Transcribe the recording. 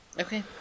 Okay